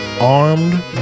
armed